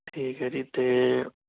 ਠੀਕ ਹੈ ਜੀ ਅਤੇ